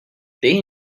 they